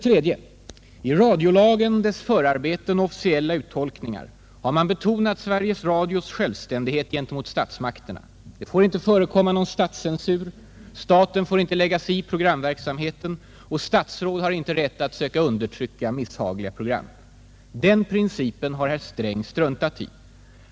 3) I radiolagen, dess förarbeten och officiella uttolkningar har man betonat Sveriges Radios självständighet gentemot statsmakterna. Det får inte förekomma någon statscensur, staten får inte lägga sig i programverksamheten och statsråd har inte rätt att söka undertrycka misshagliga program. Den principen har herr Sträng struntat i.